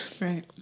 Right